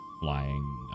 flying